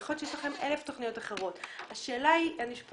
יכול להיות שיש לכם אלף תוכניות אחרות אבל אני פונה